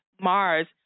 Mars